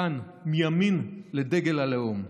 כאן, מימין לדגל הלאום.